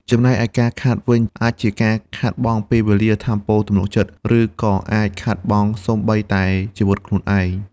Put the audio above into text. ចំណែកឯការ "ខាត" វិញ អាចជាការខាតបង់ពេលវេលា ថាមពល ទំនុកចិត្ត ឬក៏អាចខាតបង់សូម្បីតែជីវិតខ្លួនឯង។